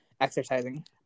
exercising